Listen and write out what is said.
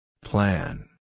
Plan